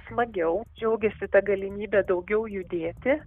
smagiau džiaugiasi ta galimybe daugiau judėti